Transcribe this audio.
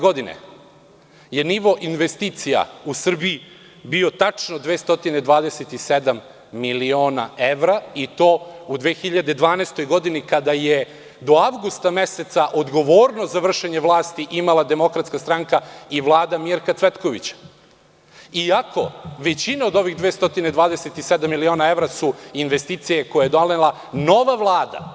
Godine 2012. je nivo investicija u Srbiji bio tačno 227.000.000 evra i to u 2012. godini kada je do avgusta meseca odgovornost za vršenje vlasti imala DS i Vlada Mirka Cvetkovića, iako većina od ovih 227.000.000 evra su investicije koje je donela nova Vlada.